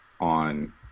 on